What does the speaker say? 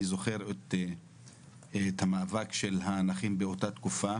זוכר את המאבק של הנכים באותה תקופה